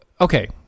okay